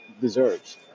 deserves